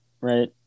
Right